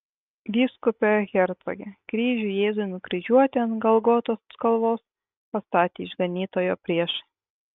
vyskupe hercoge kryžių jėzui nukryžiuoti ant golgotos kalvos pastatė išganytojo priešai